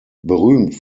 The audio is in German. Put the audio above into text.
berühmt